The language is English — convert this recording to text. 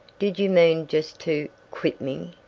did you mean just to quit me?